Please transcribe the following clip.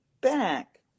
back